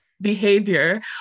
behavior